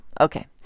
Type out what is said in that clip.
okay